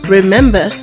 Remember